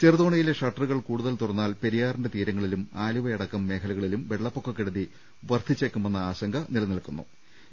ചെറുതോണിയിലെ ഷട്ടറുകൾ കൂടുതൽ തുറന്നാൽ പെരി യാറിന്റെ തീരങ്ങളിലും ആലുവയടക്കം മേഖലകളിലും വെള്ള പ്പൊക്കക്കെടുതി വർദ്ധിച്ചേക്കുമെന്ന ആശങ്ക നിലനിൽക്കു ന്നു